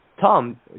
Tom